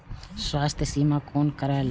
स्वास्थ्य सीमा कोना करायब?